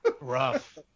rough